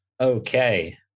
Okay